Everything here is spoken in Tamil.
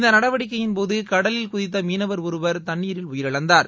இந்த நடவடிக்கையின்போது கடலில் குதித்த மீனவர் ஒருவர் தண்ணீரில் உயிரிழந்தார்